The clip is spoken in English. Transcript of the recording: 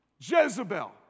Jezebel